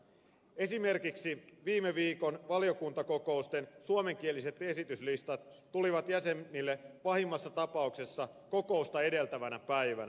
esimerkiksi viime viikon valiokuntakokousten suomenkieliset esityslistat tulivat jäsenille pahimmassa tapauksessa kokousta edeltävänä päivänä